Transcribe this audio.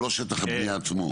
לא שטח הבנייה עצמו.